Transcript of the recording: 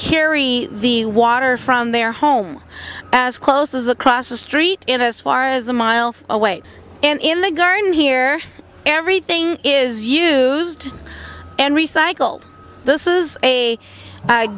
carry the water from their home as close as across the street and as far as a mile away and in the garden here everything is used and recycled this is a